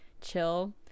chill